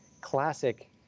classic